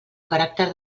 caràcter